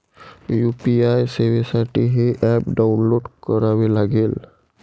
UPI सेवेसाठी हे app download करावे लागेल